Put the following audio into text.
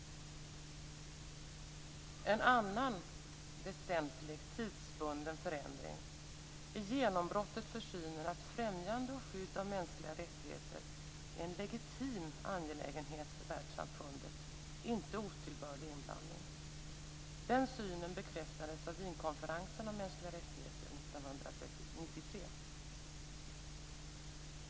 En annan väsentlig, tidsbunden förändring är genombrottet för synen att främjande och skydd av mänskliga rättigheter är en legitim angelägenhet för världssamfundet - inte otillbörlig inblandning. Den synen bekräftades av Wienkonferensen om mänskliga rättigheter 1993.